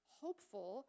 hopeful